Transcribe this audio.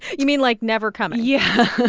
you mean, like, never coming yeah.